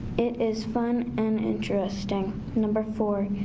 it is fun and interesting. number four,